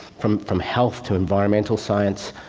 from from health to environmental science,